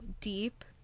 deep